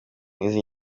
n’izi